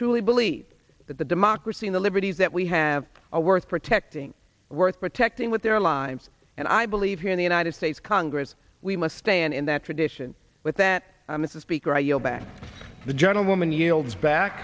truly believe that the democracy in the liberties that we have a worth protecting worth protecting with their lives and i believe here in the united states congress we must stand in that tradition but that is the speaker i yield back the gentlewoman yields back